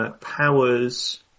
powers